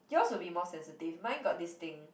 yours would be more sensitive mine got this thing